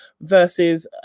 versus